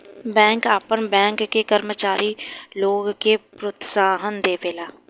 bank आपन bank के कर्मचारी लोग के प्रोत्साहन देवेला